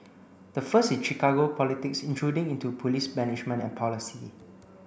the first is Chicago politics intruding into police management and policy